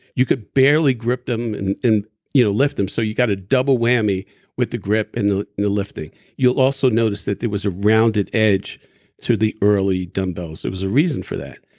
you could barely grip them and and you know lift them. so you got a double whammy with the grip and the the lifting you'll also notice that there was a rounded edge to the early dumbbells. there was a reason for that,